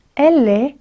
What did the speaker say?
Elle